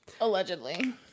Allegedly